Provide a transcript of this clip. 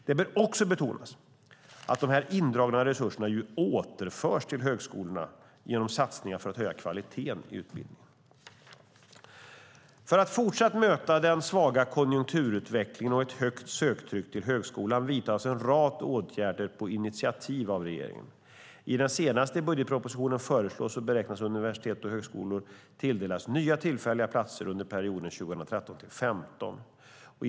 Det bör också betonas att de indragna resurserna återförs till högskolorna genom satsningar för att höja kvaliteten i utbildningen. För att kunna fortsätta att möta den svaga konjunkturutvecklingen och ett högt söktryck till högskolan vidtas en rad åtgärder på initiativ av regeringen. I den senaste budgetproposition föreslås och beräknas universitet och högskolor tilldelas nya tillfälliga platser under perioden 2013-2015.